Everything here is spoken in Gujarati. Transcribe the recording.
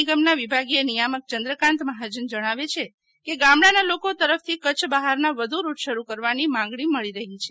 નિગમ ના વિભાગીય નિયામક ચંદ્રકાંત મહાજન જણાવે છે કે ગામડા ના લોકો તરફ થી કચ્છ બહાર ના વધુ રૂટ શરૂ કરવાની માંગણી મળી રહી છે